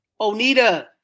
onita